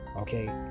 okay